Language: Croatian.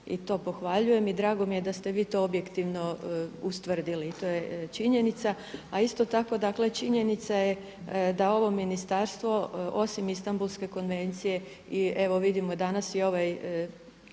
i to pohvaljujem i drago mi je da ste vi to objektivno ustvrdili i to je činjenica. A isto tako dakle činjenica je da ovo ministarstvo osim Istambulske konvencije i evo vidimo danas i ovaj hitan